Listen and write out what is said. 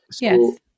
Yes